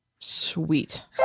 sweet